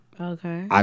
Okay